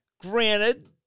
Granted